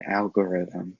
algorithm